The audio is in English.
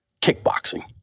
kickboxing